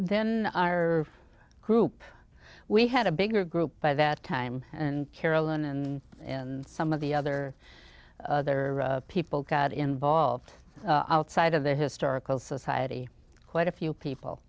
then our group we had a bigger group by that time and carolyn and some of the other other people got involved out side of the historical society quite a few people